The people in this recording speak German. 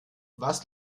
was